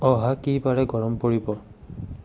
অহা কি বাৰে গৰম পৰিব